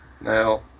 Now